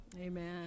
Amen